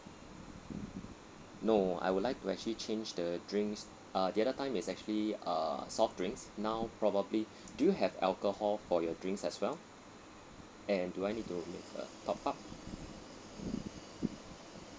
no I would like to actually change the drinks uh the other time is actually uh soft drinks now probably do you have alcohol for your drinks as well and do I need to make a top up